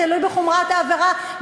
תלוי בחומרת העבירה,